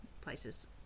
places